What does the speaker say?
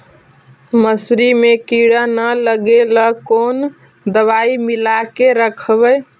मसुरी मे किड़ा न लगे ल कोन दवाई मिला के रखबई?